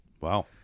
Wow